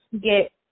get